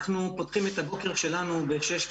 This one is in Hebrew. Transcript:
אנחנו פותחים את הבוקר שלנו בשש,